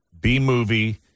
B-movie